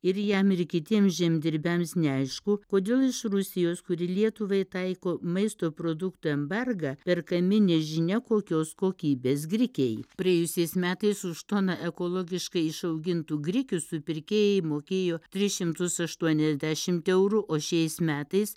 ir jam ir kitiems žemdirbiams neaišku kodėl iš rusijos kuri lietuvai taiko maisto produktų embargą perkami nežinia kokios kokybės grikiai praėjusiais metais už toną ekologiškai išaugintų grikių supirkėjai mokėjo tris šimtus aštuoniasdešimt eurų o šiais metais